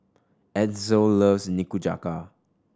Edsel loves Nikujaga